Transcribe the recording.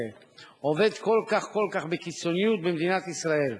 עובד כל כך כל כך בקיצוניות במדינת ישראל: